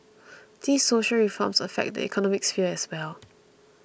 these social reforms affect the economic sphere as well